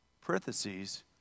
parentheses